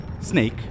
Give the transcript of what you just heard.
Snake